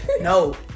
No